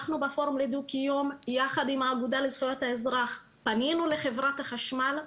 אנחנו בפורום לדו קיום יחד עם האגודה לזכויות האזרח פנינו לחברת החשמל.